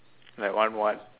like one [what]